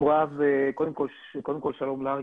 קודם כל שלום לך,